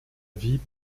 vie